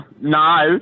no